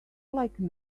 like